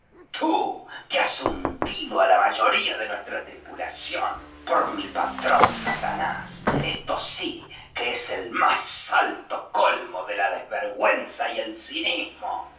tú que has hundido á la mayoría de nuestra tripulación por mi patrón satanás esto sí que es el más alto colmo de la desvergüenza y del cinismo